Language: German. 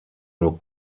nur